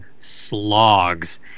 slogs